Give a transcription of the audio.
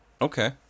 Okay